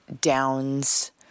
downs